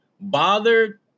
bothered